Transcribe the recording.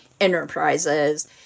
enterprises